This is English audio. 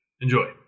Enjoy